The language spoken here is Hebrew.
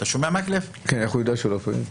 איך הוא יודע שהוא לא פעיל?